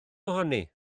ohoni